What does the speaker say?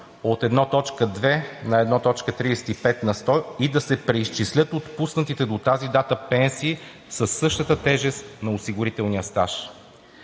от 1,2 на 1,35 на сто и да се преизчислят отпуснатите до тази дата пенсии със същата тежест на осигурителния стаж.